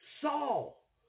Saul